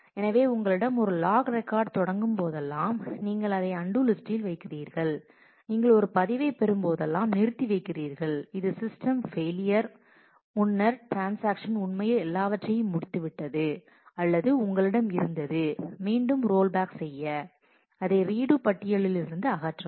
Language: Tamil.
எனவே உங்களிடம் ஒரு லாக் ரெக்கார்டு தொடங்கும் போதெல்லாம் நீங்கள் அதை அன்டூ லிஸ்டில் வைக்கிறீர்கள் நீங்கள் ஒரு பதிவைப் பெறும்போதெல்லாம் நிறுத்திவைக்கிறீர்கள் இது சிஸ்டம் ஃபெயிலியர் முன்னர் ட்ரான்ஸாக்ஷன்ஸ் உண்மையில் எல்லாவற்றையும் முடித்துவிட்டது அல்லது உங்களிடம் இருந்தது மீண்டும் ரோல்பேக் செய்ய அதை ரீடு பட்டியலிலிருந்து அகற்றவும்